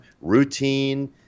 routine